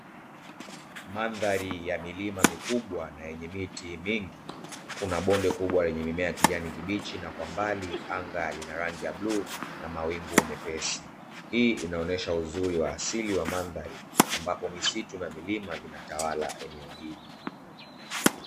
Mandhari ya milima mikubwa na yenye miti mingi, kuna bonde kubwa lenye mimea ya kijani kibichi na kwa mbali anga lina rangi ya bluu na mawingu mepesi, hii inaonyesha uzuri wa asili wa mandhari ambapo misitu na milima vinatawala eneo hili.